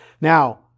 Now